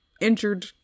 injured